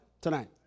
tonight